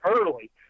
early